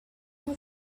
will